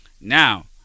now